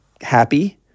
happy